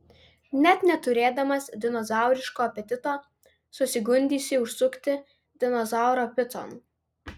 net neturėdamas dinozauriško apetito susigundysi užsukti dinozauro picon